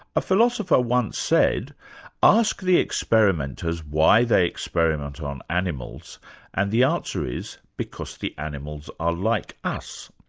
a philosopher once said ask the experimenters why they experiment on animals and the answer is because the animals are like us.